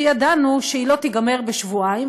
שידענו שהיא לא תיגמר בשבועיים,